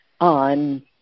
on